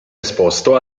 esposto